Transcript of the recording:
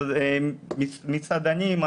מסעדנים,